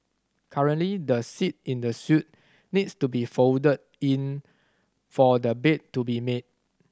currently the seat in the suite needs to be folded in for the bed to be made